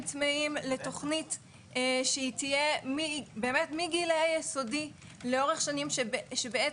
הם צמאים לתוכנית שתהיה מגילאי היסודי לאורך שנים שבעצם,